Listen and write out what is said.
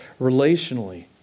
relationally